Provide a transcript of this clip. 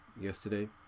yesterday